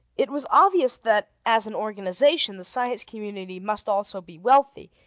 it was obvious that as an organization, the science community must also be wealthy.